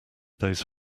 those